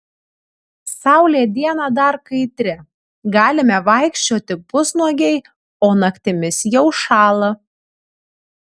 saulė dieną dar kaitri galime vaikščioti pusnuogiai o naktimis jau šąla